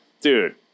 Dude